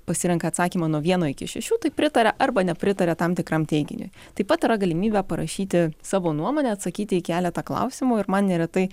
pasirenka atsakymą nuo vieno iki šešių tai pritaria arba nepritaria tam tikram teiginiui taip pat yra galimybė parašyti savo nuomonę atsakyti į keletą klausimų ir man neretai